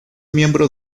miembro